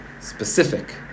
specific